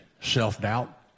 Self-doubt